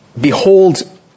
Behold